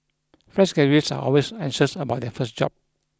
fresh graduates are always anxious about their first job